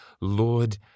Lord